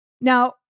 Now